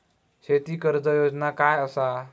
शेती कर्ज योजना काय असा?